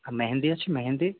ଆଉ ମେହେନ୍ଦି ଅଛି ମେହେନ୍ଦି